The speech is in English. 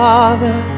Father